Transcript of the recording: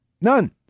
None